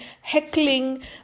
heckling